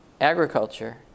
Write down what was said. agriculture